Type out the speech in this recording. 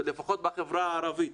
לפחות בחברה הערבית,